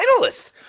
finalist